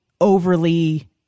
overly